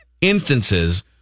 instances